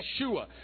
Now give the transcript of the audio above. Yeshua